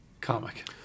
comic